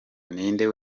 ninde